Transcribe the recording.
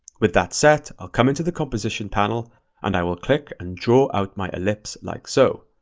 with that set, i'll come into the composition panel and i will click and draw out my ellipse like so.